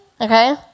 okay